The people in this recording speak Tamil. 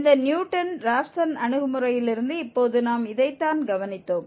இந்த நியூட்டன் ராப்சன் அணுகுமுறையிலிருந்து இப்போது நாம் இதைத்தான் கவனித்தோம்